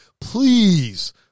please